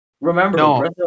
Remember